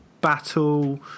battle